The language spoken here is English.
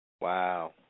Wow